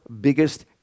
biggest